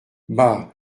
bah